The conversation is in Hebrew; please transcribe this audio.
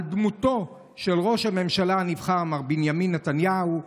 על דמותו של ראש הממשלה הנבחר מר בנימין נתניהו.